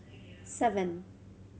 seven